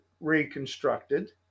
reconstructed